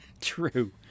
True